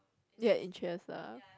ya interest ah